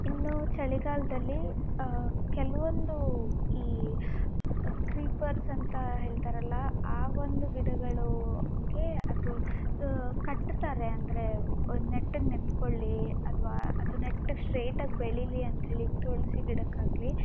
ಇನ್ನು ಚಳಿಗಾಲದಲ್ಲಿ ಕೆಲವೊಂದು ಈ ಕ್ರೀಪರ್ಸ್ ಅಂತ ಹೇಳ್ತಾರಲ್ಲ ಆ ಒಂದು ಗಿಡಗಳೂಗೆ ಅದು ಕಟ್ತಾರೆ ಅಂದರೆ ನೆಟ್ಟಗೆ ನಿಂತ್ಕೊಳ್ಳಿ ಅಥ್ವಾ ಅದು ನೆಟ್ಟಗೆ ಸ್ಟ್ರೇಟಾಗಿ ಬೆಳಿಲಿ ಅಂತ್ಹೇಳಿ ತುಳಸಿ ಗಿಡಕ್ಕಾಗಲಿ